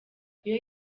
iyo